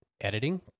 editing